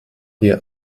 ihr